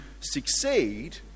succeed